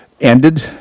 ended